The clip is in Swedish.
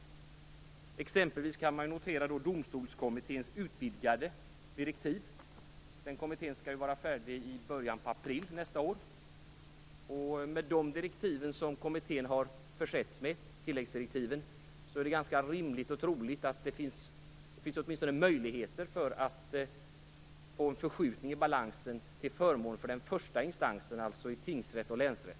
Man kan exempelvis notera Domstolskommitténs utvidgade direktiv. Den kommittén skall vara färdig i början på april nästa år, och med de tilläggsdirektiv som kommittén har försetts med finns det åtminstone möjligheter att få en förskjutning i balansen till förmån för den första instansen, dvs. tingsrätt och länsrätt.